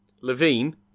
Levine